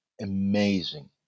amazing